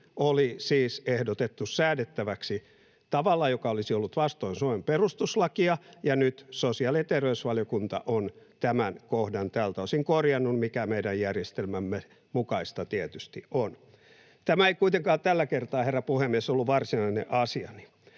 oli siis ehdotettu säädettäväksi tavalla, joka olisi ollut vastoin Suomen perustuslakia, ja nyt sosiaali- ja terveysvaliokunta on tämän kohdan tältä osin korjannut, mikä meidän järjestelmämme mukaista tietysti on. Tämä ei kuitenkaan tällä kertaa, herra puhemies, ollut varsinainen asiani.